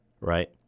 right